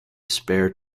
spare